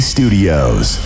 Studios